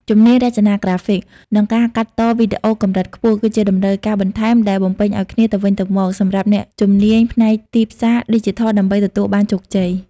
ជំនាញរចនាក្រាហ្វិក និងការកាត់តវីដេអូកម្រិតខ្ពស់ គឺជាតម្រូវការបន្ថែមដែលបំពេញឱ្យគ្នាទៅវិញទៅមកសម្រាប់អ្នកជំនាញផ្នែកទីផ្សារឌីជីថលដើម្បីទទួលបានជោគជ័យ។